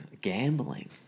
gambling